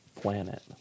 planet